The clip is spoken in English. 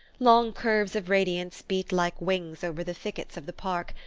long curves of radiance beat like wings over the thickets of the park,